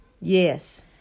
Yes